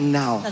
now